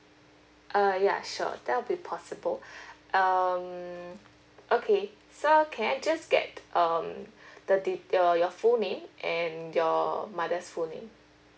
uh ya sure that'll be possible um okay so can I just get um the detail your full name and your mother's full name